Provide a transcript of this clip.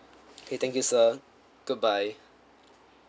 okay thank you sir goodbye